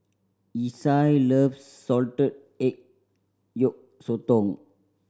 Isai loves salted egg yolk sotong